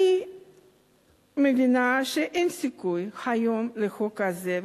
אני מבינה שאין סיכוי היום לחוק הזה,